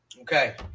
Okay